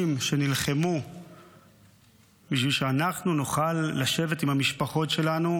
שנלחמו בשביל שאנחנו נוכל לשבת עם המשפחות שלנו,